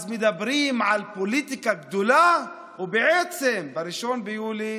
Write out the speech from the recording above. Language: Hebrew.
מדברים על פוליטיקה גדולה, ובעצם ב-1 ביולי